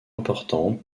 importantes